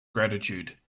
gratitude